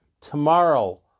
Tomorrow